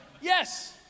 yes